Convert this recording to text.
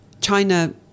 china